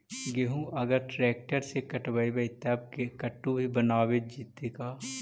गेहूं अगर ट्रैक्टर से कटबइबै तब कटु भी बनाबे जितै का?